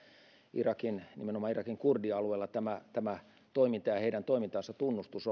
nimenomaan irakin kurdialueella tämä tämä toiminta ja ja heidän toimintansa tunnustus